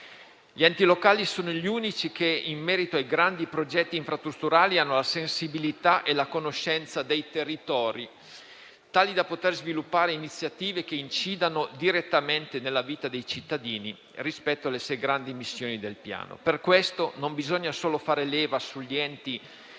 Gli enti locali sono gli unici che in merito ai grandi progetti infrastrutturali hanno sensibilità e conoscenza dei territori tali da poter sviluppare iniziative che incidano direttamente nella vita dei cittadini rispetto alle grandi missioni del Piano. Per questo non bisogna solo fare leva sugli enti di